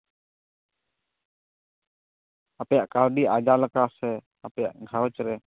ᱟᱯᱮᱭᱟᱜ ᱠᱟᱹᱣᱰᱤ ᱟᱨᱡᱟᱣ ᱞᱮᱠᱟ ᱥᱮ ᱟᱯᱮᱭᱟᱜ ᱜᱷᱟᱨᱚᱸᱡᱽ ᱨᱮ